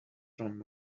from